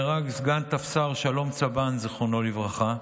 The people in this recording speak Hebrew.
עדנאן אסאד ודקל מרציאנו, זיכרונם לברכה,